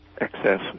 excess